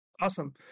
Awesome